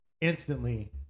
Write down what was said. Instantly